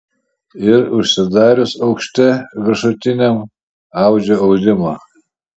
ir užsidarius aukšte viršutiniam audžia audimą